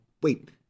Wait